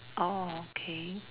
orh okay